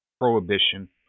Prohibition